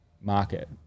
market